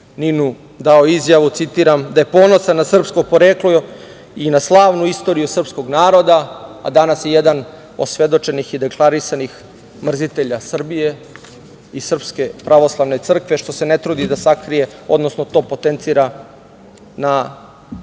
NIN dao izjavu, citiram: „da je ponosan na srpsko poreklo i na slavnu istoriju srpskog naroda“, a danas je jedan od osvedočenih i deklarisanih mrzitelja Srbije i SPC, što se ne trudi da sakrije, odnosno to potencira u